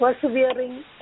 persevering